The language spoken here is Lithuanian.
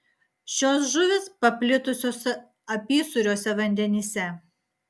šios žuvys paplitusios apysūriuose vandenyse